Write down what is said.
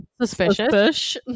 suspicious